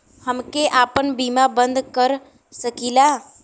हमके आपन बीमा बन्द कर सकीला?